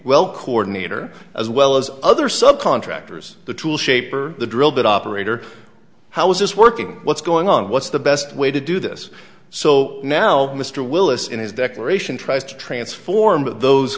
well coordinator as well as other subcontractors the tool shape or the drill bit operator how is this working what's going on what's the best way to do this so now mr willis in his declaration tries to transform of those